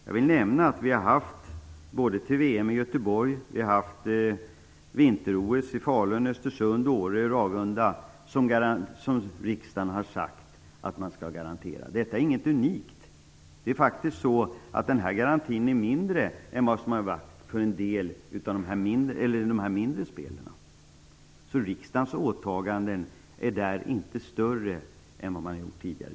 Jag vill nämna att vi har haft sådana både till VM i Göteborg och till vinter-OS i Falun, Östersund, Åre, Ragunda. Detta är inget unikt. Den här garantin är faktiskt mindre än vad garantin har varit till en del av de mindre spelen. Riksdagens åtaganden är alltså inte större än de man har gjort tidigare.